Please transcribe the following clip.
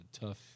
tough